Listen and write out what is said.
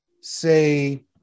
say